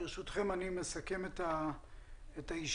ברשותכם, אני מסכם את הישיבה.